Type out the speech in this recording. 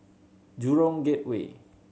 Gateway